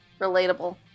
Relatable